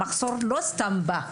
המחסור לא סתם בא.